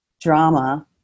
drama